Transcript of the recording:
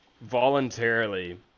voluntarily